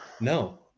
No